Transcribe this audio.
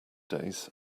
days